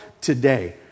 today